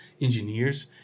engineers